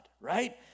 right